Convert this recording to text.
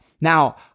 Now